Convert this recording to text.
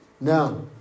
Now